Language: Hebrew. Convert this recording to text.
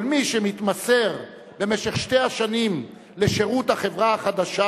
כל מי שמתמסר במשך שתי השנים לשירות החברה החדשה,